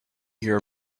your